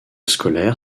scolaire